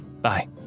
Bye